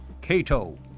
Cato